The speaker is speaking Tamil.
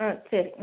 ஆ சரிங்க